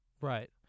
Right